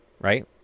right